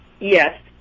Yes